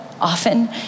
often